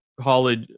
college